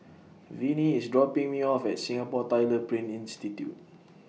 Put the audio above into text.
Vinie IS dropping Me off At Singapore Tyler Print Institute